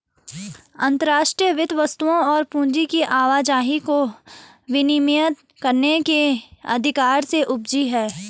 अंतर्राष्ट्रीय वित्त वस्तुओं और पूंजी की आवाजाही को विनियमित करने के अधिकार से उपजी हैं